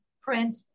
print